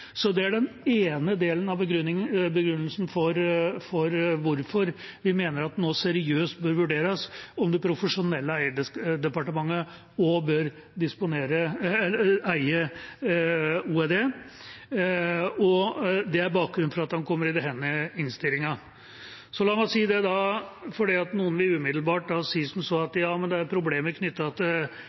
Det er den ene delen av begrunnelsen for hvorfor vi mener at det nå seriøst bør vurderes om det profesjonelle eierdepartementet også bør eie OED, og det er bakgrunnen for at det kommer i denne innstillinga. Noen vil da umiddelbart si som så at det er problemer knyttet til Equinors forvaltning av SDØE-andelene osv., og det er vi fullstendig klar over. Det er bl.a. ESA-godkjenningen som gjør at